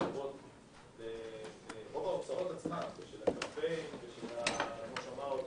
של הקמפיין ושל האוטובוסים,